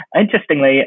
Interestingly